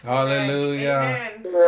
Hallelujah